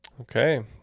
Okay